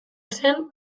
zen